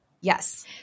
Yes